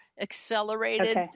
accelerated